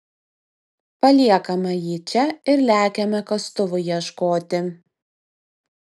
paliekame jį čia ir lekiame kastuvų ieškoti